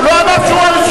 הוא לא אמר שהוא הראשון.